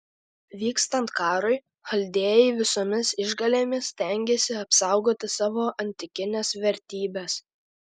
vykstant karui chaldėjai visomis išgalėmis stengiasi apsaugoti savo antikines vertybes